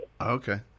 Okay